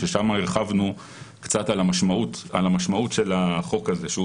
שם הרחבנו קצת על המשמעות של החוק הזה,